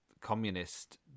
communist